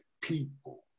people